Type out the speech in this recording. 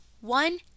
One